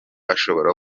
ashobora